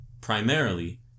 primarily